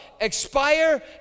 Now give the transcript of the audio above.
Expire